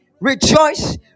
rejoice